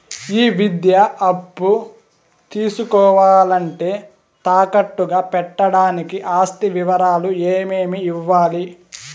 ఈ విద్యా అప్పు తీసుకోవాలంటే తాకట్టు గా పెట్టడానికి ఆస్తి వివరాలు ఏమేమి ఇవ్వాలి?